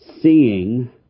seeing